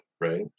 right